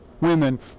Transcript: women